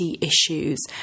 issues